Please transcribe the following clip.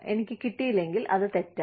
എനിക്ക് കിട്ടിയില്ലെങ്കിൽ അത് തെറ്റാണ്